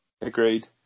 agreed